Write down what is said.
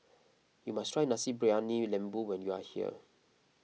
you must try Nasi Briyani Lembu when you are here